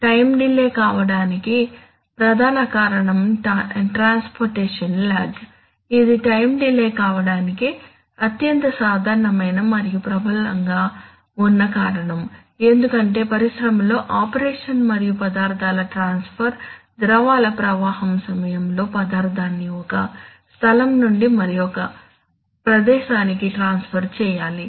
time delay కావడానికి ప్రధాన కారణం ట్రాన్స్పోర్టేషన్ లాగ్ ఇది టైం డిలే కావడానికి అత్యంత సాధారణమైన మరియు ప్రబలంగా ఉన్న కారణం ఎందుకంటే పరిశ్రమలో ఆపరేషన్ మరియు పదార్దాల ట్రాన్స్ఫర్ ద్రవాల ప్రవాహం సమయంలో పదార్థాన్ని ఒక స్థలం నుండి మరొక ప్రదేశానికి ట్రాన్స్ఫర్ చేయాలి